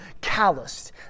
calloused